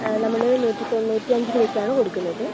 നമ്മൾ നൂറ്റി തൊണ്ണൂറ്റിയഞ്ച് രൂപയ്ക്ക് ആണ് കൊടുക്കുന്നത്